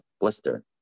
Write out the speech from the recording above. blister